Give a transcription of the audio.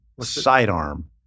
sidearm